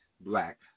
black